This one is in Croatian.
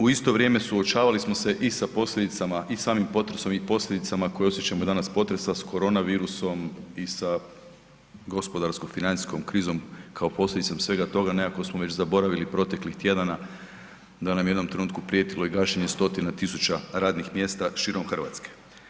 U isto vrijeme suočavali smo se i sa posljedicama i samim potresom i posljedicama koje osjećamo danas potresa s koronavirusom i sa gospodarsko financijskom krizom kao posljedicom svega toga, nekako smo već zaboravili proteklih tjedana da nam je u jednom trenutku prijetilo i gašenje stotina tisuća radnih mjesta širom RH.